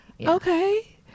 okay